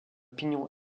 pignon